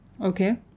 okay